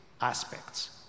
aspects